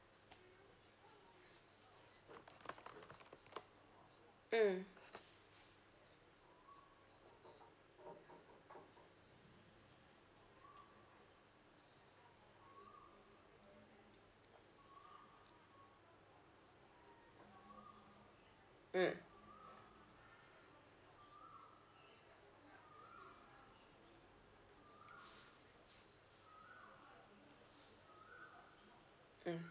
mm mm mm